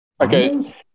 Okay